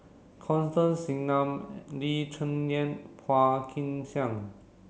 Constance Singam Lee Cheng Yan Phua Kin Siang